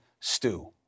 stew